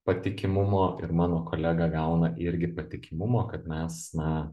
patikimumo ir mano kolega gauna irgi patikimumo kad mes na